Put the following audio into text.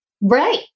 Right